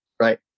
Right